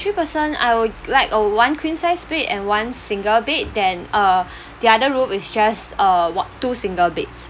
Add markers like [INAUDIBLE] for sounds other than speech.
three person I would like a one queen size bed and one single bed then uh [BREATH] the other room is just uh what two single beds